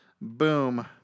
Boom